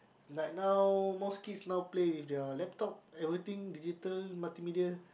like now most kids now play with their laptop everything digital multimedia